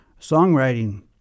songwriting